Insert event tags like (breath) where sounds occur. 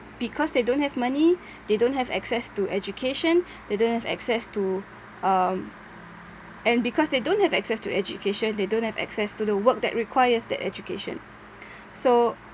because they don't have money they don't have access to education they don't have access to um and because they don't have access to education they don't have access to the work that requires that education (breath) so